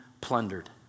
plundered